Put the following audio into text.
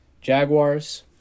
Jaguars